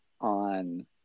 on